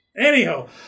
Anyhow